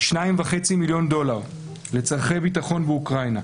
2.5 מיליון דולר לצורכי ביטחון באוקראינה.